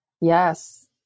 Yes